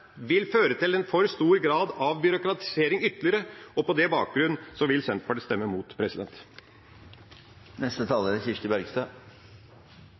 vil føre til en for stor grad av ytterligere byråkratisering. På den bakgrunn vil Senterpartiet stemme